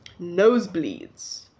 Nosebleeds